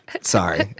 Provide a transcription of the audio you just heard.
Sorry